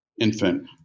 infant